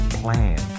plan